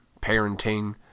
parenting